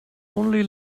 only